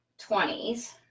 20s